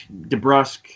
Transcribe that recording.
DeBrusque